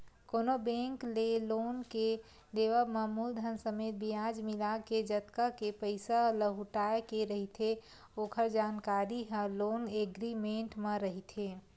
कोनो बेंक ले लोन के लेवब म मूलधन समेत बियाज मिलाके जतका के पइसा लहुटाय के रहिथे ओखर जानकारी ह लोन एग्रीमेंट म रहिथे